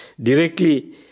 directly